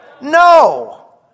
No